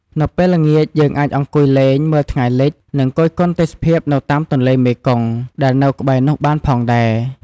នៅពេលល្ងាចយើងអាចអង្គុយលេងមើលថ្ងៃលិច និងគយគន់ទេសភាពនៅតាមទន្លេមេគង្គ ដែលនៅក្បែរនោះបានផងដែរ ។